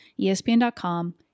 ESPN.com